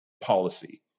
policy